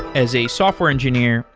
as a software engineer,